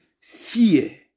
Fear